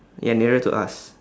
ya nearer to us